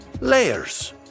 layers